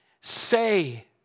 Say